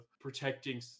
protecting